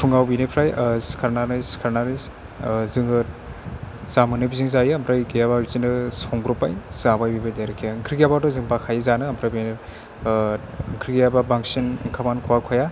फुङाव बेनिफ्राइ सिखारनानै जोङो जा मोनो बिजोंनो जायो ओमफ्राय गैयाबा बिदिनो संब्रबबाय जाबाय बेबायदि आरोखि ओंख्रि गैयाबाथ' जों बाखायो जानो ओमफ्राय बेनो ओंख्रि गैयाबा बांसिन ओंखामानो खहाबखाया